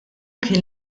kien